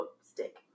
stick